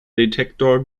detektor